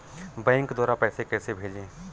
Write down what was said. Bank द्वारा पैसे कैसे भेजें?